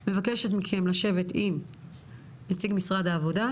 אני מבקשת מכם לשבת עם נציג משרד העבודה,